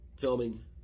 filming